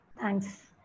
Thanks